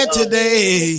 today